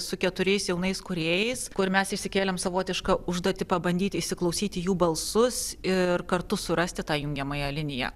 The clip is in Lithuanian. su keturiais jaunais kūrėjais kur mes išsikėlėm savotišką užduotį pabandyt įsiklausyt į jų balsus ir kartu surasti tą jungiamąją liniją